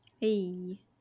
Hey